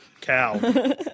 Cow